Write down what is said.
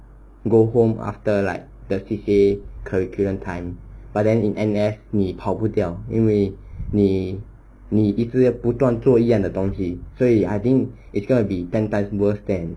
go home after like the C_C_A curriculum time but then in N_S 你跑不掉因为你你一直不断做不一样的东西所以 I think it's gonna be ten times worse than